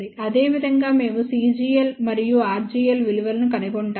అదేవిధంగా మేము cgl మరియు rgl విలువలను కనుగొంటాము